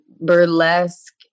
burlesque